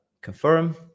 confirm